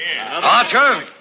Archer